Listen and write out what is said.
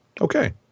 Okay